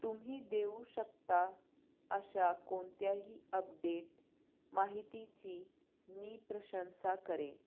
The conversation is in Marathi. तुम्ही देऊ शकता अशा कोणत्याही अपडेट माहितीची मी प्रशंसा करेन